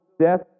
death